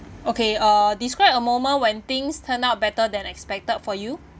okay uh describe a moment when things turn out better than expected for you